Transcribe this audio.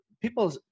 people